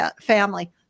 family